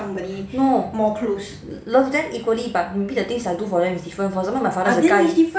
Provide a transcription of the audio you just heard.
no love them equally but maybe the things I do for them is different for example my father